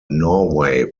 norway